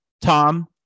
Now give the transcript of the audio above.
Tom